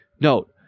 Note